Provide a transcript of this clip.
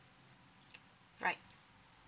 right